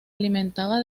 alimentaba